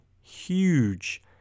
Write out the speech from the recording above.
huge